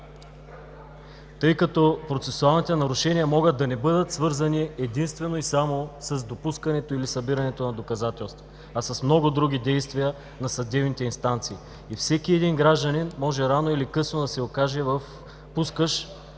Тъй като процесуалните нарушения могат да не бъдат свързани единствено и само с допускането и събирането на доказателства, а с много други действия на съдебните инстанции. Всеки един гражданин може рано или късно да се окаже пускащ